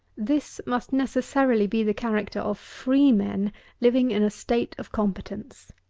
this must necessarily be the character of freemen living in a state of competence.